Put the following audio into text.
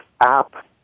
app